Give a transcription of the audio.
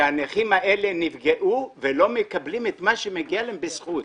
שהנכים האלה נפגעו והם לא מקבלים את מה שמגיע להם בזכות.